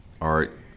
art